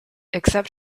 except